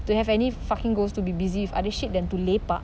to have any fucking goals to be busy with other shit than to lepak